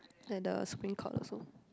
and the Supreme Court also